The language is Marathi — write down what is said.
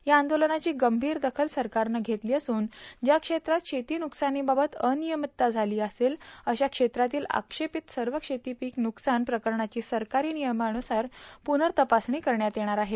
या आंदोलनाची गंभीर दखल सरकारनं घेतली असून ज्या क्षेत्रात शेती व्रुकसानीबाबत अनियमितता झाली असेल अशा क्षेत्रातील आक्षेपीत सर्व शेती पीक नुकसान प्रकरणाची सरकारी निर्णयानुसार पुनर्रतपासणी करण्यात येणार आहे